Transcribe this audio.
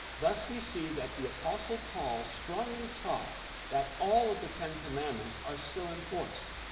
thus we see that the apostle paul strongly taught that all of the ten commandments are still in force.